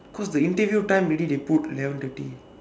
cause the interview time already they put eleven thirty